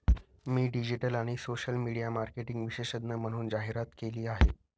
मी digital आणि social media marketing विशेषज्ञ म्हणून जाहिरात केली आहे